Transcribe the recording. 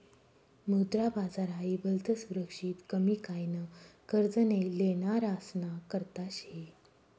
मुद्रा बाजार हाई भलतं सुरक्षित कमी काय न कर्ज लेनारासना करता शे